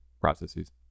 processes